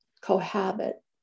cohabit